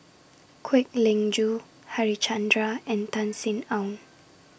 Kwek Leng Joo Harichandra and Tan Sin Aun